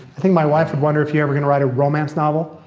i think my wife would wonder if you ever gonna write a romance novel.